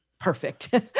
perfect